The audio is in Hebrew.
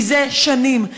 מזה שנים.